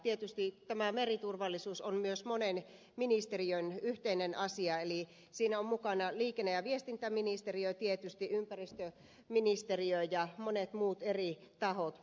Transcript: tietysti tämä meriturvallisuus on myös monen ministeriön yhteinen asia eli siinä ovat mukana liikenne ja viestintäministeriö tietysti ympäristöministeriö ja monet muut eri tahot